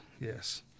yes